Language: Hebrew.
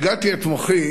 ייגעתי את מוחי